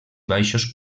baixos